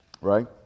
right